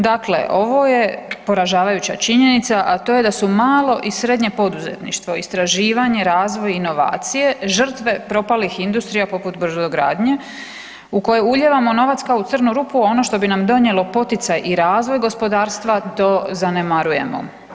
Dakle, ovo je poražavajuća činjenica, a to je da su malo i srednje poduzetništvo, istraživanje i razvoj inovacije žrtva propalih industrija poput brodogradnje u koje ulijevamo novac kao u crnu rupu, a ono što bi nam donijelo poticaj i razvoj gospodarstva to zanemarujemo.